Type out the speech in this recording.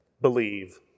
believe